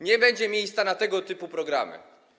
Nie będzie miejsca na tego typu programy.